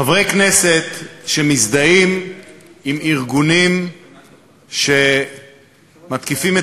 חברי כנסת שמזדהים עם ארגונים שמתקיפים את